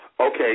Okay